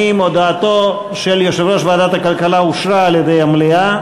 הצעת ועדת הכלכלה בדבר פיצול הצעת חוק לשינוי סדרי עדיפויות